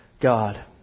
God